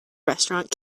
restaurant